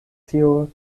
tio